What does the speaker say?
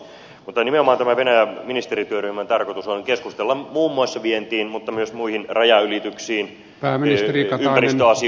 mutta nimenomaan tämän venäjä ministerityöryhmän tarkoitus on keskustella muun muassa vientiin mutta myös muihin rajanylityksiin ympäristöasioihin liittyvistä asioista